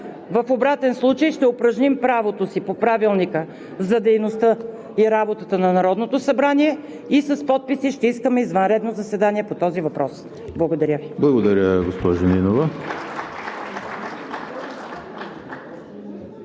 В обратен случай ще упражним правото си по Правилника за организацията и дейността на Народното събрание и с подписи ще искаме извънредно заседание по този въпрос. Благодаря Ви. (Ръкопляскания